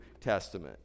Testament